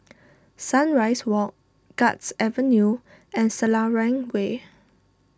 Sunrise Walk Guards Avenue and Selarang Way